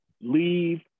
leave